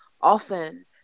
often